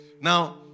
Now